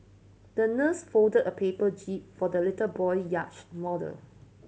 the nurse folded a paper jib for the little boy yacht model